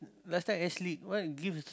last time air slip what gifts